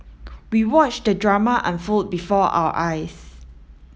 we watched the drama unfold before our eyes